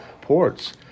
ports